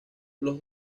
los